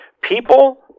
people